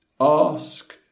Ask